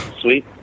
sweet